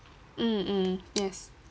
mm mm yes